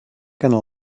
gonna